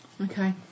Okay